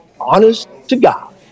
honest-to-God